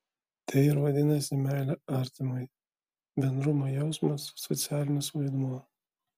tai ir vadinasi meilė artimui bendrumo jausmas socialinis vaidmuo